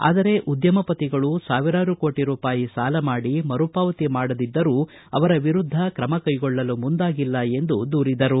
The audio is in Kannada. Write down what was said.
ಆದರೆ ಉದ್ಕಮಪತಿಗಳು ಸಾವಿರಾರು ಕೋಟಿ ರೂಪಾಯಿ ಸಾಲ ಮಾಡಿ ಮರುಪಾವತಿ ಮಾಡದಿದ್ದರೂ ಅವರ ವಿರುದ್ಧ ತ್ರಮ ಕೈಗೊಳ್ಳಲು ಮುಂದಾಗಿಲ್ಲ ಎಂದು ದೂರಿದರು